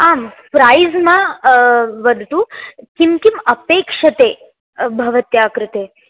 आम् प्रैज़् न वदतु किं किम् अपेक्षते भवत्या कृते